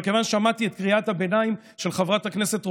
אבל כיוון ששמעתי את קריאת הביניים של חברת הכנסת רוזין,